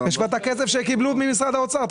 שקיבלו ממשרד האוצר.